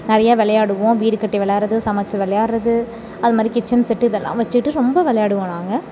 நிறைய விளையாடுவோம் வீடு கட்டி விளையாடுறது சமைச்சி விளையாடுறது அது மாதிரி கிச்சன் செட்டு இதெலாம் வெச்சுட்டு ரொம்ப விளையாடுவோம் நாங்கள்